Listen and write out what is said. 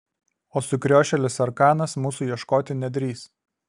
o sukriošėlis arkanas mūsų ieškoti nedrįs